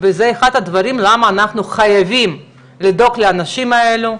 וזה אחד הדברים למה אנחנו חייבים לדאוג לאנשים האלה,